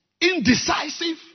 indecisive